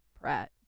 Pratt